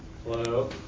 hello